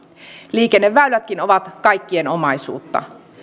liikenneväylätkin ovat kaikkien omaisuutta